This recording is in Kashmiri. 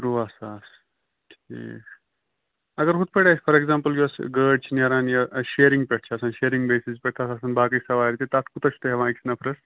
تُراوہ ساس ٹھیٖک اَگر ہُتھ پٲٹھۍ آسہِ فار اٮ۪گزامپُل یۄس گٲڑۍ چھِ نٮ۪ران یا شیرِنٛگ پٮ۪ٹھ چھِ آسان شیرِنٛگ بیٚسَس پٮ۪ٹھ چھِ تَتھ آسان باقٕے سَوارِ تہِ تَتھ کوٗتاہ چھُو تُہۍ ہٮ۪وان أکِس نَفرَس